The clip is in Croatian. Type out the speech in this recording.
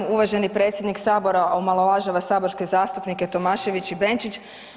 Čl. 238. uvaženi predsjednik Sabora omalovažava saborske zastupnike Tomašević i Benčić.